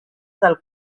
del